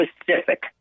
specific